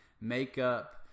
makeup